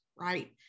right